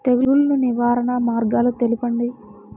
తెగులు నివారణ మార్గాలు తెలపండి?